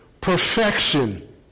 Perfection